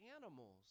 animals